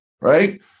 right